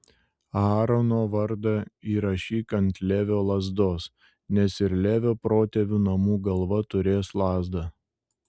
aarono vardą įrašyk ant levio lazdos nes ir levio protėvių namų galva turės lazdą